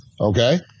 okay